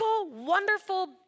wonderful